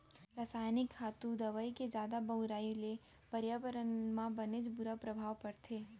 रसायनिक खातू, दवई के जादा बउराई ले परयाबरन म बनेच बुरा परभाव परथे